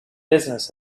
business